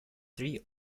three